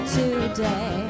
today